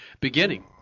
beginning